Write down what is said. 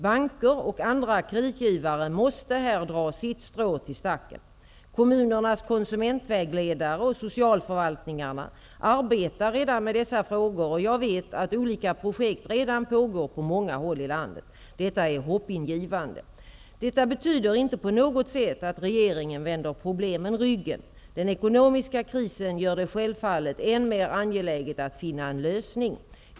Banker och andra kreditgivare måste här dra sitt strå till stacken. Kommunernas konsumentvägledare och socialförvaltningarna arbetar redan med dessa frågor, och jag vet att olika projekt redan pågår på många håll i landet. Det är hoppingivande. Detta betyder inte på något sätt att regeringen vänder problemen ryggen. Den ekonomiska krisen gör det självfallet än mer angeläget att finna en lösning.